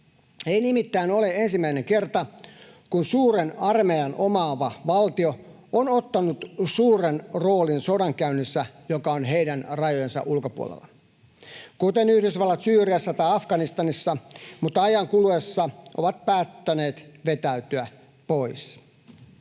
Ei nimittäin ole ensimmäinen kerta, kun suuren armeijan omaava valtio on ottanut suuren roolin sodankäynnissä, joka on heidän rajojensa ulkopuolella — kuten Yhdysvallat Syyriassa tai Afganistanissa — mutta ajan kuluessa päättänyt vetäytyä pois.